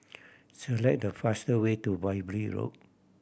select the fast way to Road